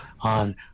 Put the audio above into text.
on